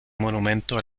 monumento